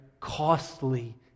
costly